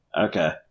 Okay